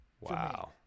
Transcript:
Wow